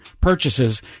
purchases